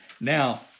Now